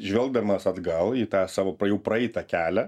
žvelgdamas atgal į tą savo pa jau praeitą kelią